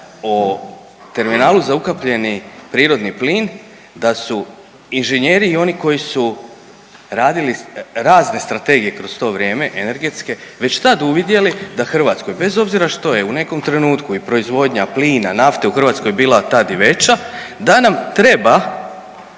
o terminalu za ukapljeni prirodni plin da su inženjeri i oni koji su radili razne strategije kroz to vrijeme energetske već tad uvidjeli da Hrvatskoj bez obzira što je u nekom trenutku i proizvodnja plina, nafte u Hrvatskoj bila tad i veća da nam treba